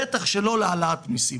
בטוח לא ללכת להעלאת מסים.